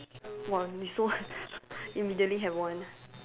!wah! you so immediately have one